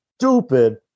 stupid